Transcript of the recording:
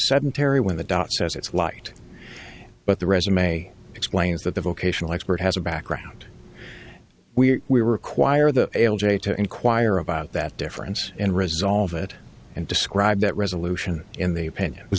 sedentary when the dot says it's light but the resume explains that the vocational expert has a background we require the l j to inquire about that difference and resolve it and describe that resolution in the